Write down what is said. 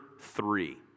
three